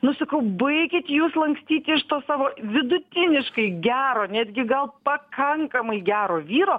nu sakau baikit jūs lankstyti iš to savo vidutiniškai gero netgi gal pakankamai gero vyro